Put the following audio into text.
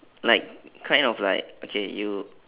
like kind of like okay you